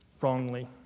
wrongly